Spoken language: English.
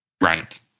Right